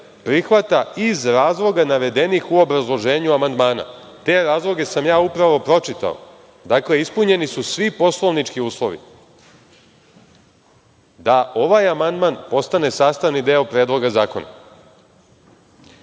prihvata iz razloga navedenih u obrazloženju amandmana. Te razloge sam ja upravo pročitao. Dakle, ispunjeni su svi poslovnički uslovi da ovaj amandman postane sastavni deo Predloga zakona. Još